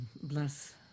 Bless